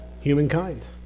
humankind